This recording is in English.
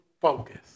focus